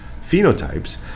phenotypes